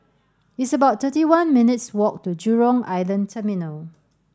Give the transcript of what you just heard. it's about thirty one minutes' walk to Jurong Island Terminal